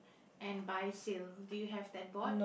and buy sale do you have that board